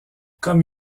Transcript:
comme